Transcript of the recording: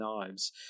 knives